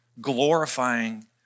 glorifying